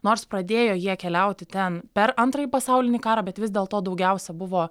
nors pradėjo jie keliauti ten per antrąjį pasaulinį karą bet vis dėlto daugiausiai buvo